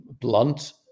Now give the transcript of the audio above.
blunt